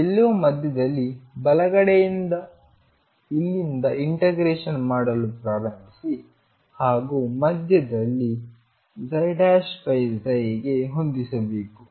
ಎಲ್ಲೋ ಮಧ್ಯದಲ್ಲಿ ಬಲಕಡೆಯಿಂದ ಇಲ್ಲಿಂದ ಇಂಟಿಗ್ರೇಷನ್ ಮಾಡಲು ಪ್ರಾರಂಭಿಸಿ ಹಾಗೂ ಮಧ್ಯದಲ್ಲಿψ ಗೆ ಹೊಂದಿಸಬೇಕು